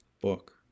book